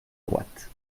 droite